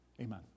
Amen